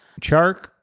Chark